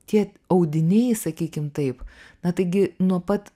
tie audiniai sakykim taip na taigi nuo pat